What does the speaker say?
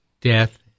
death